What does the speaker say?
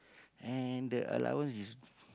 and the allowance is